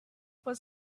was